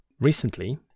recently